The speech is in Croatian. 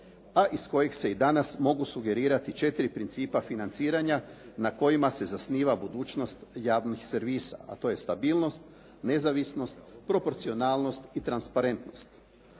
a iz kojeg se i danas mogu sugerirati četiri principa financiranja na kojima se zasniva budućnost javnih servisa a to je stabilnost, nezavisnost, proporcionalnost i transparentnost.